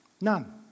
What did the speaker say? None